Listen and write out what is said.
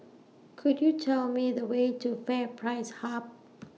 Could YOU Tell Me The Way to FairPrice Hub